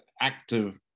active